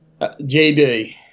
jd